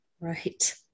Right